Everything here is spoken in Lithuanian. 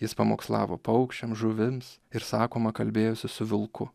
jis pamokslavo paukščiam žuvims ir sakoma kalbėjosi su vilku